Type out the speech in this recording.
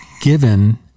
given